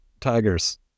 Tigers